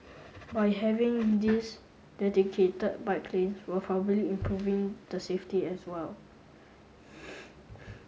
by having these dedicated bike lanes we're probably improving the safety as well